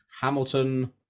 Hamilton